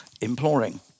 Imploring